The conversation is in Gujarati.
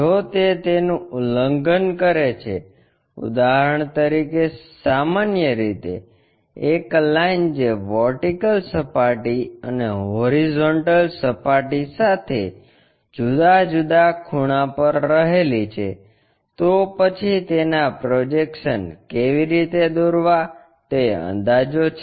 જો તે તેનુ ઉલ્લંઘન કરે છે ઉદાહરણ તરીકે સામાન્ય રીતે એક લાઇન જે વર્ટિકલ સપાટી અને હોરિઝોન્ટલ સપાટી સાથે જુદા જુદા ખૂણા પર રહેલી છે તો પછી તેના પ્રોજેક્શન્સ કેવી રીતે દોરવા તે અંદાજો છે